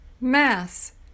Mass